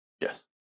Yes